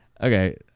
Okay